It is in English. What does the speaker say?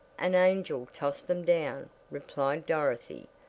an angel tossed them down, replied dorothy,